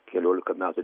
keliolika metų